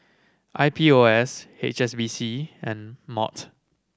I P O S H S B C and MOT